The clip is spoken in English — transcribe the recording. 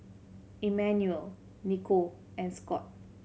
Immanuel Nikko and Scott